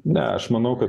ne aš manau kad